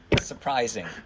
surprising